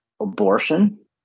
abortion